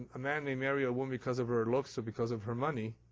a man may marry a woman because of her looks or because of her money,